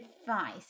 advice